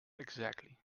exactly